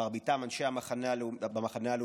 מרביתם אנשי המחנה הלאומי,